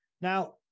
Now